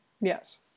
Yes